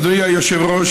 אדוני היושב-ראש,